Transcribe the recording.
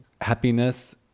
happiness